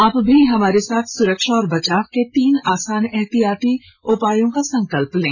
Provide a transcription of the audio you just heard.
आप भी हमारे साथ सुरक्षा और बचाव के तीन आसान एहतियाती उपायों का संकल्प लें